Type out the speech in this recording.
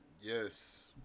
yes